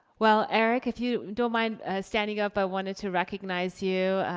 well eric if you don't mind standing up i wanted to recognize you.